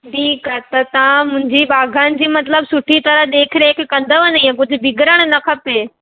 ठीकु आहे त तव्हां मुंहिंजी बाग़नि जी मतिलबु सुठी तरह देखि रेखि कंदव न इअं कुझु बिगड़णु न खपे